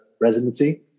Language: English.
residency